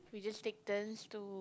we just take turns to